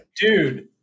dude